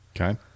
Okay